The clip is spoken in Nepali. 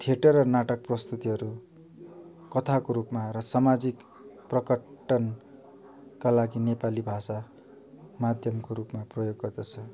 थिएटर र नाटक प्रस्तुतिहरू कथाको रूपमा र सामाजिक प्रकटनका लागि नेपाली भाषा माध्यमको रूपमा प्रयोग गर्दछ